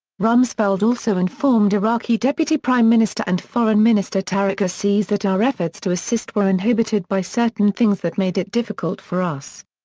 rumsfeld also informed iraqi deputy prime minister and foreign minister tariq aziz that our efforts to assist were inhibited by certain things that made it difficult for us.